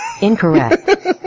Incorrect